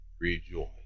rejoice